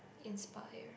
inspire